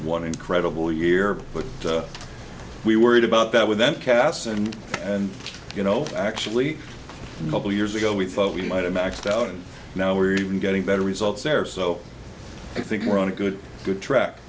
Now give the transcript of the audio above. one incredible year but we worried about that with that casts and and you know actually couple years ago we thought we might have maxed out and now we're even getting better results there so i think we're on a good good track